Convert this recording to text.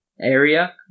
area